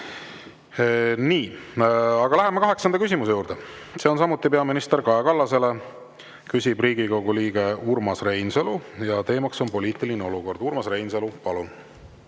Nii, läheme kaheksanda küsimuse juurde. See on samuti peaminister Kaja Kallasele, küsib Riigikogu liige Urmas Reinsalu ja teema on poliitiline olukord. Urmas Reinsalu, palun!